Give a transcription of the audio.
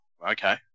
Okay